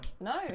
No